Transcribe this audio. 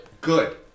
Good